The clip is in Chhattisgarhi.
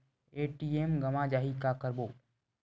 ए.टी.एम गवां जाहि का करबो?